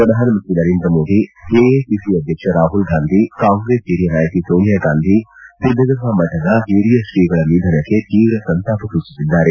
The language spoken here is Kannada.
ಪ್ರಧಾನಮಂತ್ರಿ ನರೇಂದ್ರ ಮೋದಿ ಎಐಸಿಸಿ ಅಧ್ಲಕ್ಷ ರಾಹುಲ್ ಗಾಂದಿ ಕಾಂಗ್ರೆಸ್ ಹಿರಿಯ ನಾಯಕಿ ಸೋನಿಯಾ ಗಾಂಧಿ ಸಿದ್ದಗಂಗಾ ಮಠದ ಹಿರಿಯ ಶ್ರೀಗಳ ನಿಧನಕ್ಕೆ ಸಂತಾಪ ಸೂಚಿಸಿದ್ದಾರೆ